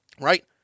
right